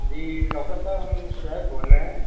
جی doctor صاحب ہم شعیب بول رہے ہیں